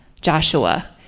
Joshua